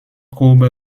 courbe